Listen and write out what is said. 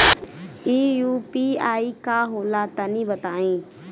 इ यू.पी.आई का होला तनि बताईं?